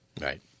Right